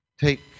take